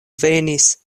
venis